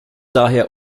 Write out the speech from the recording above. daher